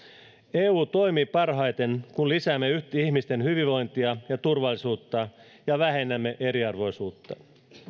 eu toimii parhaiten kun lisäämme ihmisten hyvinvointia ja turvallisuutta ja vähennämme eriarvoisuutta